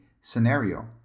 scenario